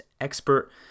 expert